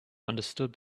understood